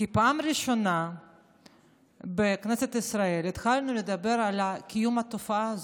כי בפעם הראשונה בכנסת ישראל התחלנו לדבר על קיום התופעה הזאת: